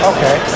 Okay